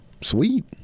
Sweet